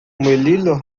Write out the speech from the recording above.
muelilo